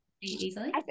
easily